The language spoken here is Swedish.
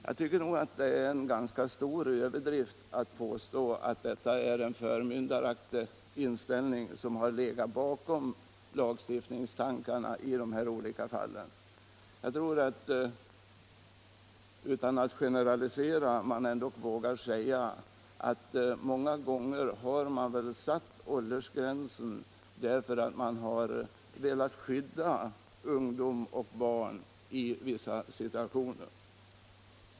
Jag tycker att det är en ganska stor överdrift att påstå att en förmyndaraktig inställning ligger bakom lagstiftningstankarna i de här olika fallen. Jag vågar utan att säga någonting generellt påstå att åldersgränserna många gånger är satta för att skydda barn och ungdom i vissa situationer.